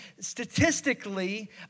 statistically